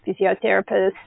physiotherapists